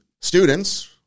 students